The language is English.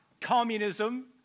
communism